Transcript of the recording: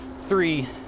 three